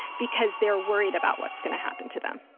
because they're worried about what's going to happen to them.